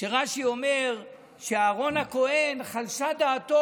שרש"י אומר שאהרן הכוהן חלשה דעתו